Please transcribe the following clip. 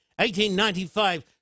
1895